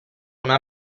una